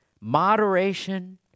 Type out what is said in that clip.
moderation